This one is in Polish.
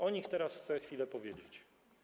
O nich teraz chcę chwilę powiedzieć.